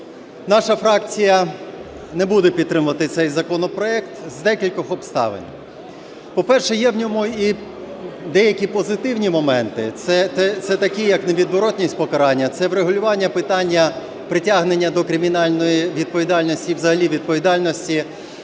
Наша фракція не буде підтримувати цей законопроект з декількох обставин. По-перше, є в ньому і деякі позитивні моменти. Це такі, як невідворотність покарання, це врегулювання питання притягнення до кримінальної відповідальності і взагалі відповідальності